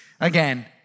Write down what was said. Again